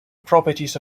properties